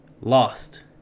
lost